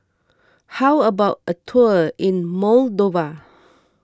how about a tour in Moldova